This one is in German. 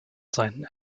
seinen